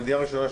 המדינה הראשונה,